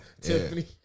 Tiffany